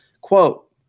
Quote